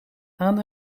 aan